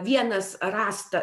vienas rasta